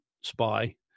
spy